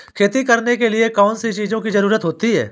खेती करने के लिए कौनसी चीज़ों की ज़रूरत होती हैं?